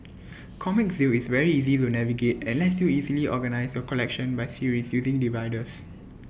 Comic Zeal is very easy to navigate and lets you easily organise your collection by series using dividers